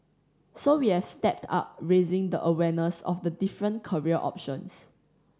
so we have stepped up raising the awareness of the different career options